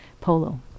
polo